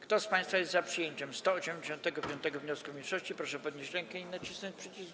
Kto z państwa jest za przyjęciem 185. wniosku mniejszości, proszę podnieść rękę i nacisnąć przycisk.